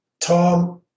Tom